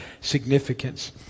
significance